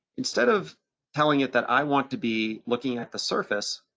instead of telling it that i want to be looking at the surface,